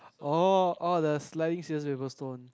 oh oh the sliding scissors papers stone